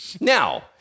Now